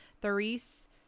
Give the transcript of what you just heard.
Therese